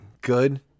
good